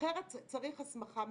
אחרת, צריך הסמכה מפורשת.